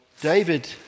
David